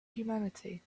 humanity